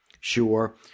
Sure